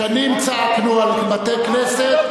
שנים צעקנו על בתי-כנסת,